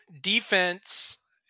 defense